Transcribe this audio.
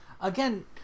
Again